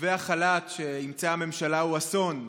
מתווה החל"ת שאימצה הממשלה הוא אסון,